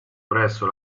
presso